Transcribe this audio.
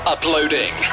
Uploading